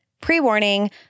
Pre-warning